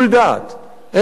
אין בו מרווח,